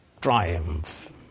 triumph